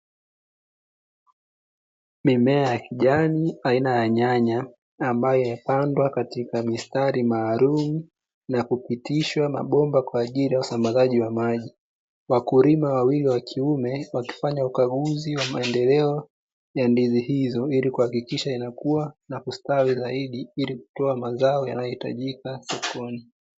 Mimea ya kijani aina ya nyanya, ambayo imepandwa katika mistari maalumu na kupitishwa mabomba kwa ajili ya usambazaji wa maji. Wakulima wawili wa kiume wakifanya ukaguzi wa maendeleo ya ndizi hizo, ili kuhakikisha zinakua na kustawi zaidi ili kutoa mazao yanayohitajika sokoni.